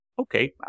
Okay